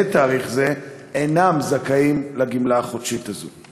תאריך זה אינם זכאים לגמלה החודשית הזאת.